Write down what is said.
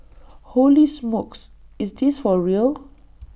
holy smokes is this for real